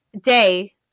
day